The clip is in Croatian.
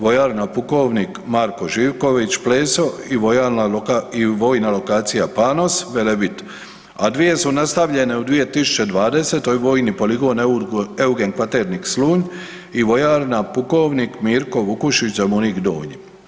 Vojarna Pukovnik Marko Živković Pleso i vojna lokacija Panos Velebit, a dvije su nastavljene u 2020.-toj Vojni poligon Eugen Kvaternik Slunj i Vojarna Pukovnik Mirko Vukušić Zemunik Donji.